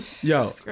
Yo